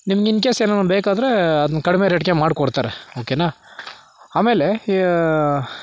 ನಿಮಗೆ in case ಏನಾನ ಬೇಕು ಅಂದರೆ ಅದನ್ನು ಕಡಿಮೆ ರೇಟಿಗೆ ಮಾಡ್ಕೊಡ್ತಾರೆ ಓಕೆನಾ ಆಮೇಲೆ